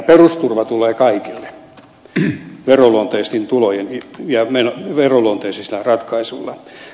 perusturva tulee kaikille ja veroluonteisten tulojen ja menojen veroluonteisilla ratkaisuilla